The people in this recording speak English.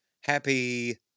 Happy